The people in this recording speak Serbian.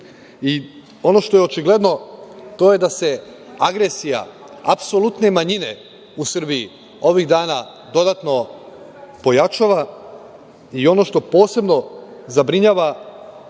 Ono što je očigledno, to je da se agresija apsolutne manjine u Srbiji ovih dana dodatno pojačava i ono što posebno zabrinjava